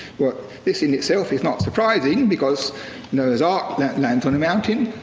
but this in itself is not surprising because noah's ark lands on a mountain.